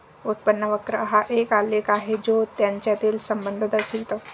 उत्पन्न वक्र हा एक आलेख आहे जो यांच्यातील संबंध दर्शवितो